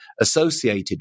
associated